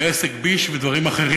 ו"עסק ביש" ודברים אחרים.